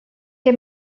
què